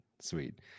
sweet